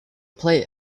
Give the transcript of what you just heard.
play